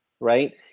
Right